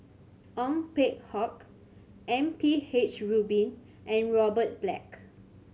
Ong Peng Hock M P H Rubin and Robert Black